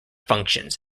functions